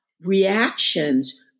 Reactions